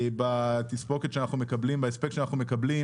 בהספק,